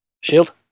shield